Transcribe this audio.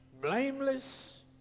blameless